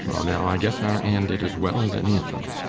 well now, i guess our anne did as well as any of them,